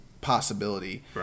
possibility